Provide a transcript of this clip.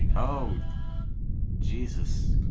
oh jesus